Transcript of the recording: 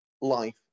life